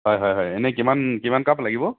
হয় হয় হয় এনেই কিমান কিমান কাপ লাগিব